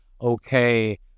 okay